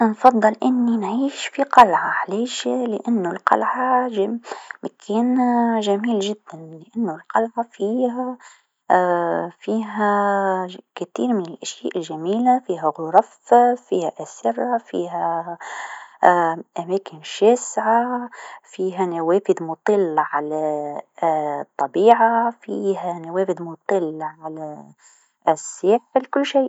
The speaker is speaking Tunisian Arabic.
أنفضل أني نعيش في قلعه علاش لأنو القلعه جم- مكان جميل جدا لأنو القلعه فيها فيها الكثير من الأشياء الجميله فيها غرف فيها أسره فيها أماكن شاسعه فيها نوافذ مطله على الطبيعه فيها نوافذ مطله على الساحل، كل شيء.